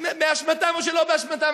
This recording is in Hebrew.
באשמתם או שלא באשמתם,